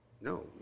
No